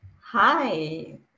Hi